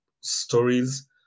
Stories